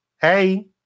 hey